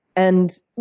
and,